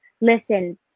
Listen